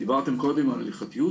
דיברתם קודם על הילכתיות.